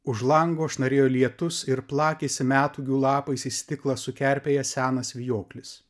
už lango šnarėjo lietus ir plakėsi metūgių lapais į stiklą su kerpėjęs senas vijoklis